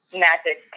magic